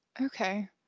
okay